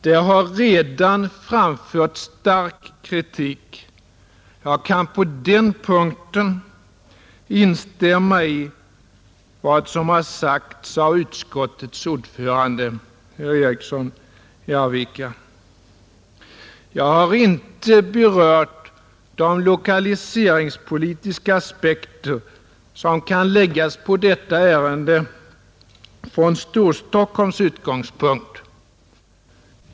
Där har redan framförts stark kritik, Jag kan på den punkten instämma i vad som har sagts av utskottets ordförande, herr Eriksson i Arvika, Jag har inte berört de lokaliseringspolitiska aspekter som kan läggas på detta ärende från Storstockholms utgångspunkt.